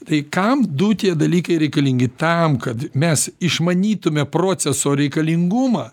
tai kam du tie dalykai reikalingi tam kad mes išmanytume proceso reikalingumą